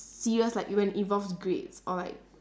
serious like when it involves grades or like